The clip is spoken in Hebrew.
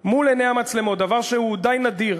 המצלמות, מול עיני המצלמות, דבר שהוא די נדיר